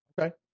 Okay